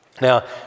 Now